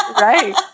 right